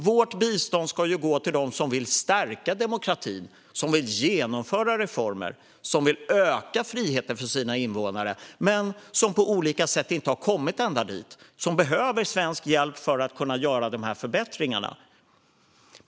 Vårt bistånd ska gå till dem som vill stärka demokratin, genomföra reformer och öka friheten för sina invånare men som av olika anledningar inte har kommit ända dit och behöver svensk hjälp för att göra dessa förbättringar.